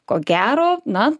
ko gero na